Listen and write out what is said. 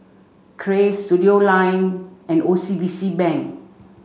Crave Studioline and O C B C Bank